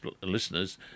listeners